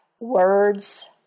words